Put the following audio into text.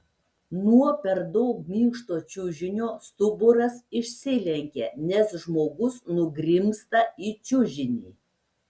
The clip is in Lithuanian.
nuo per daug minkšto čiužinio stuburas išsilenkia nes žmogus nugrimzta į čiužinį